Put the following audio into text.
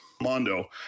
Mondo